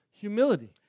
humility